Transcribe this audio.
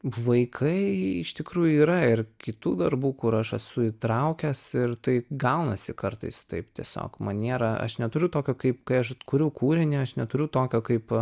vaikai iš tikrųjų yra ir kitų darbų kur aš esu įtraukęs ir taip gaunasi kartais taip tiesiog maniera aš neturiu tokio kaip kai aš kuriu kūrinį aš neturiu tokio kaip